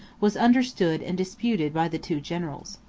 was understood and disputed by the two generals.